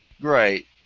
Great